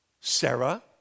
Sarah